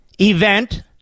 event